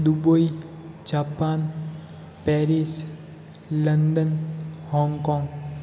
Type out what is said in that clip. Dubai Japan Paris London Hong Kong